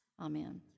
Amen